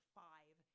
five